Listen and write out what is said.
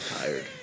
tired